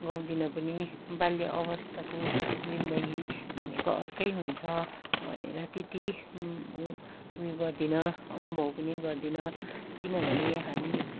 गाउँदिनँ पनि बाल्य अवस्थाको जिन्दगी भनेको अर्कै हुन्छ भनेर त्यत्ति उयो गर्दिनँ अनुभव पनि गर्दिनँ किनभने हामी